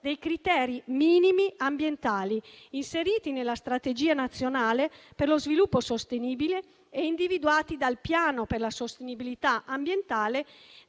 dei criteri minimi ambientali inseriti nella strategia nazionale per lo sviluppo sostenibile e individuati dal piano per la sostenibilità ambientale